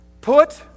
put